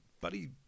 buddy